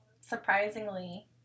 surprisingly